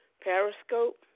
Periscope